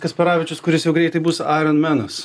kasparavičius kuris jau greitai bus aironmenas